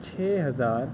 چھ ہزار